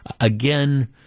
again